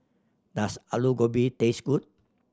does Alu Gobi taste good